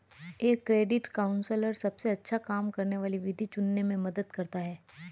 एक credit counsellor सबसे अच्छा काम करने वाली विधि चुनने में मदद करता है